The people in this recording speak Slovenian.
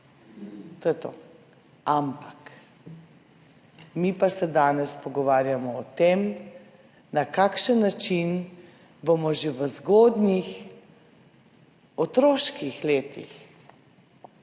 To je to. Ampak mi pa se danes pogovarjamo o tem, na kakšen način bomo že v zgodnjih otroških letih